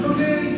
Okay